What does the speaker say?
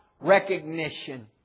recognition